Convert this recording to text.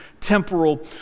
temporal